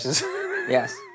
Yes